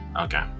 Okay